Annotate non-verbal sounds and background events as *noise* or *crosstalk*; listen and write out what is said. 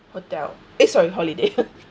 hotel eh sorry holiday *laughs*